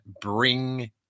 bring